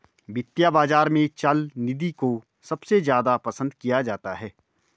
वित्तीय बाजार में चल निधि को सबसे ज्यादा पसन्द किया जाता है